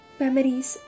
memories